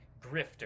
grifter